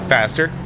Faster